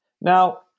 Now